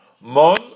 Mon